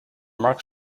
marx